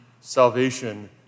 salvation